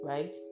Right